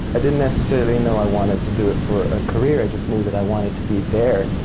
i didn't necessarily know i wanted to do it for a career. i just knew that i wanted to be there,